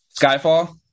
Skyfall